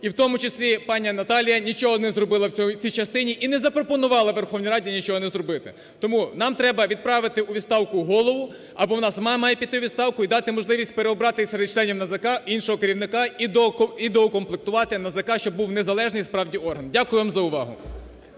І в тому числі пані Наталія нічого не зробила в цій частині і не запропонувала Верховній Раді нічого не зробити. Тому нам треба відправити у відставку голову або вона сама має піти у відставку і дати можливість переобрати серед членів НАЗК іншого керівника і доукомплектувати НАЗК, щоб був незалежний справді орган. Дякую вам за увагу.